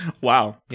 Wow